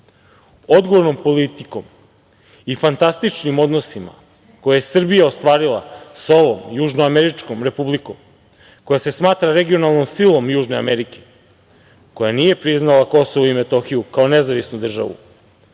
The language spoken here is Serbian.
društvu. Odgovornom politikom i fantastičnim odnosima koja je Srbija ostvarila sa ovom južnoameričkom republikom, koja se smatra regionalnom silom Južne Amerike, koja nije priznala Kosovo i Metohiju, kao nezavisnu državu,